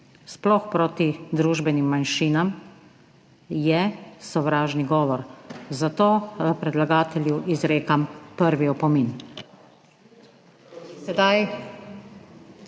sploh proti družbenim manjšinam, je sovražni govor, zato predlagatelju izrekam prvi opomin.